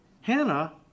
Hannah